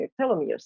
telomeres